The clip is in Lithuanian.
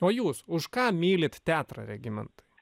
o jūs už ką mylit teatrą regimantai